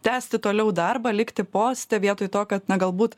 tęsti toliau darbą likti poste vietoj to kad na galbūt